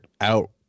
out